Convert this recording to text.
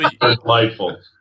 delightful